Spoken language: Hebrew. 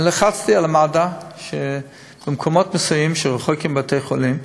לחצתי על מד"א שבמקומות מסוימים שרחוקים מבתי-חולים,